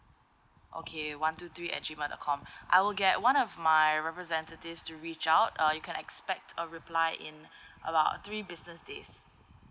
okay one two three at G mail dot com I will get one of my representatives to reach out uh you can expect a reply in about three business days